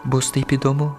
bus taip įdomu